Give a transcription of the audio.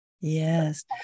Yes